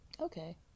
okay